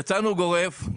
יצאנו גורף,